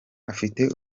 afite